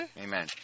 Amen